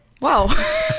Wow